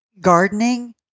gardening